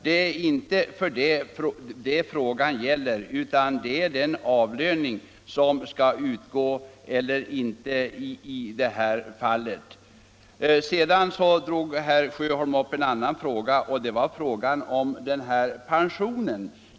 Det är inte det frågan gäller utan det är den avlöning som skall utgå eller inte utgå i detta fall. Så tog herr Sjöholm upp en annan fråga, nämligen visstidspensionen.